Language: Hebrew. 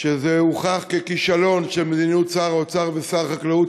שזה הוכח ככישלון של מדיניות שר האוצר ושר החקלאות,